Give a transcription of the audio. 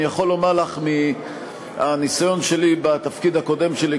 אני יכול לומר לך מהניסיון שלי בתפקיד הקודם שלי,